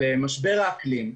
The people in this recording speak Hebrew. כשדיברת על משבר האקלים.